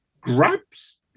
grabs